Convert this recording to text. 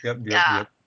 then 有有